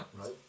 Right